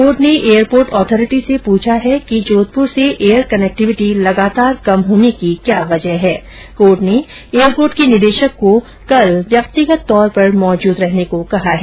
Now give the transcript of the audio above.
court ने airport authority से पूछा है कि जोधपूर से एयर कनेक्टिविटी लगातार कम होने की क्या वजह है कोर्ट ने एयरपोर्ट के निदेशक को कल व्यक्तिगत तौर पर मौजूद रहने को कहा है